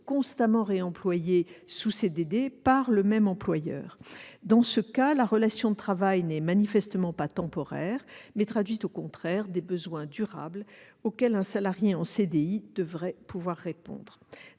constamment réemployé sous CDD, et son employeur. Dans ce cas, la relation de travail n'est manifestement pas temporaire. Elle traduit, au contraire, des besoins durables, auxquels l'emploi d'un salarié en CDI devrait pouvoir répondre.